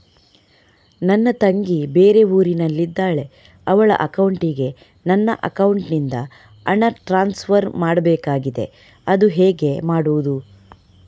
ನನ್ನ ತಂಗಿ ಬೇರೆ ಊರಿನಲ್ಲಿದಾಳೆ, ಅವಳ ಅಕೌಂಟಿಗೆ ನನ್ನ ಅಕೌಂಟಿನಿಂದ ಹಣ ಟ್ರಾನ್ಸ್ಫರ್ ಮಾಡ್ಬೇಕಾಗಿದೆ, ಅದು ಹೇಗೆ ಮಾಡುವುದು?